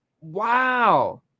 Wow